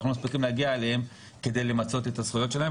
מספיקים להגיע אליהם כדי למצות את הזכויות שלהם.